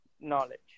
knowledge